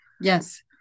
Yes